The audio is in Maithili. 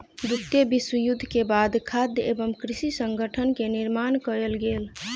द्वितीय विश्व युद्ध के बाद खाद्य एवं कृषि संगठन के निर्माण कयल गेल